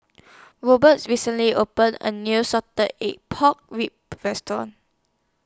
Robert recently opened A New Salted Egg Pork Ribs Restaurant